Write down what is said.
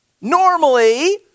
Normally